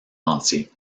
entier